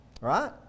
Right